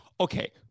Okay